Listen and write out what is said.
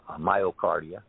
myocardia